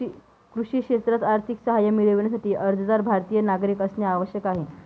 कृषी क्षेत्रात आर्थिक सहाय्य मिळविण्यासाठी, अर्जदार भारतीय नागरिक असणे आवश्यक आहे